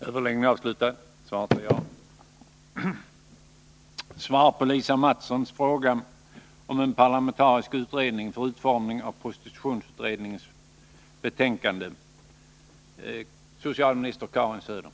Den senaste tidens händelseutveckling kring prostitutionsutredningen gör det enligt min mening befogat att bredda den grupp som skall ta ställning till den nu offentliga expertgruppens rapporter och lägga fram förslag. ställning till den slutliga utformningen av prostitutionsutredningens betän